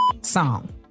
song